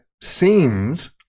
seems